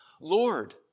Lord